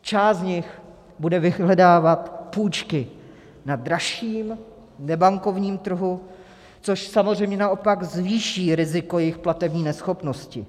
Část z nich bude vyhledávat půjčky na dražším nebankovním trhu, což samozřejmě naopak zvýší riziko jejich platební neschopnosti.